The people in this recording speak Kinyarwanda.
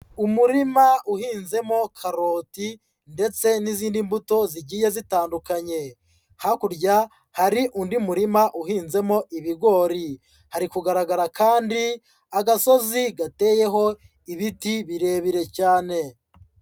Umurima uhinzemo karoti ndetse n'izindi mbuto zigiye zitandukanye. Hakurya hari undi murima uhinzemo ibigori. Hari kugaragara kandi, agasozi gateyeho ibiti birebire cyane.